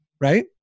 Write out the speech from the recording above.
right